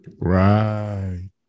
right